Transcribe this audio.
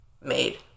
made